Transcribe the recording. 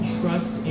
trust